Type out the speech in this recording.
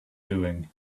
doing